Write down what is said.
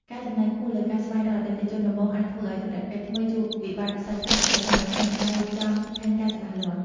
ការចំណាយខ្ពស់លើការស្វែងរកអតិថិជនដំបូងអាចធ្វើឱ្យធុរកិច្ចថ្មីជួបវិបត្តិសាច់ប្រាក់ ប្រសិនបើគ្មានការរៀបចំផែនការច្បាស់លាស់។